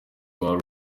our